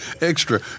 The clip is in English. extra